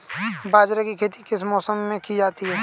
बाजरे की खेती किस मौसम में की जाती है?